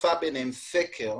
ותעשי ביניהם סקר,